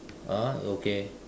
ah okay